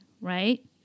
right